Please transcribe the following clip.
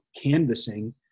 canvassing